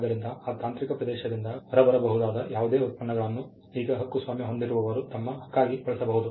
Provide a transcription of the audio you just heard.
ಆದ್ದರಿಂದ ಆ ತಾಂತ್ರಿಕ ಪ್ರದೇಶದಿಂದ ಹೊರಬರಬಹುದಾದ ಯಾವುದೇ ಉತ್ಪನ್ನಗಳನ್ನು ಈಗ ಹಕ್ಕುಸ್ವಾಮ್ಯ ಹೊಂದಿರುವವರು ತಮ್ಮ ಹಕ್ಕಾಗಿ ಬಳಸಬಹುದು